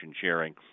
sharing